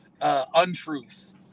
untruth